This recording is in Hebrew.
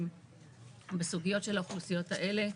בסוגיות של האוכלוסיות האלה.